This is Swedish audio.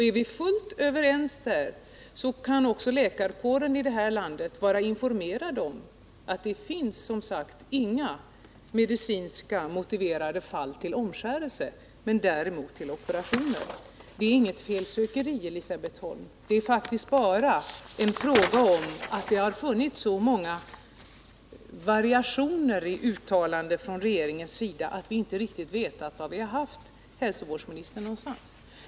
Är vi fullt överens där kan också läkarkåren i det här landet vara informerad om att det som sagt inte finns några medicinskt motiverade fall av omskärelse, däremot av operationer. Det handlar inte om något felsökeri, Elisabet Holm. Det gäller bara att det faktiskt funnits så många variationer i uttalandena från regeringens sida att vi inte riktigt vetat var vi haft hälsovårdsministern någonstans.